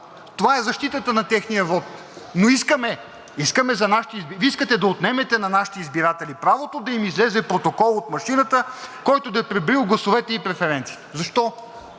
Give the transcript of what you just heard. Това е защитата на техния вот. Но Вие искате да отнемете на нашите избиратели правото да им излезе протокол от машината, който да е преброил гласовете и преференциите. Защо?